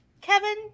Kevin